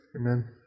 Amen